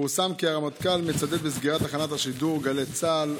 פורסם כי הרמטכ"ל מצדד בסגירת תחנת השידור גלי צה"ל,